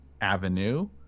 avenue